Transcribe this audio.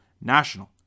national